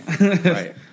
Right